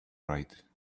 right